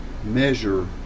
measure